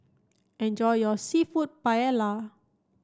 enjoy your Seafood Paella